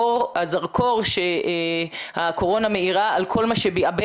הזרקור שהקורונה מאירה על כל מה שביעבע